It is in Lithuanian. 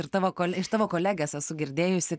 ir tavo kol iš tavo kolegės esu girdėjusi